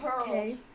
okay